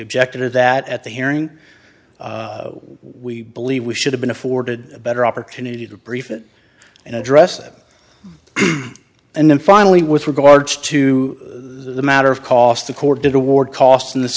objected to that at the hearing we believe we should have been afforded a better opportunity to brief it and address it and then finally with regards to the matter of cost the court did award costs in this